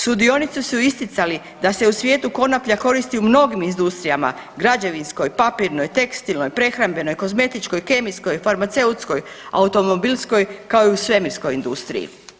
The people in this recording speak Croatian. Sudionici su isticali da se u svijetu konoplja koristi u mnogim industrijama građevinskoj, papirnoj, tekstilnoj, prehrambenoj, kozmetičkoj, kemijskoj, farmaceutskoj, automobilskoj kao i u svemirskoj industriji.